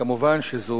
כמובן זאת